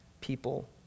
people